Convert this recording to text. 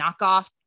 knockoff